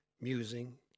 musing